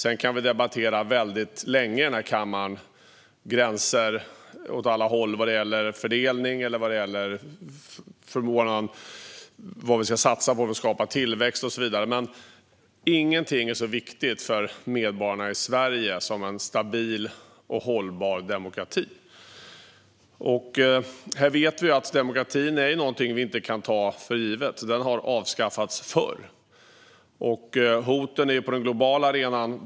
Vi kan debattera länge i den här kammaren om gränser åt alla håll vad gäller fördelning, vad vi ska satsa på för att skapa tillväxt och så vidare. Men ingenting är så viktigt för medborgarna i Sverige som en stabil och hållbar demokrati. Vi vet att demokratin inte kan tas för given. Den har avskaffats förr. Hoten är betydande på den globala arenan.